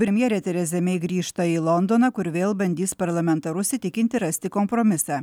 premjerė tereza mei grįžta į londoną kur vėl bandys parlamentarus įtikinti rasti kompromisą